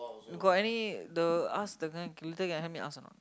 you got any the ask the guy later can help me ask or not